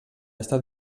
estat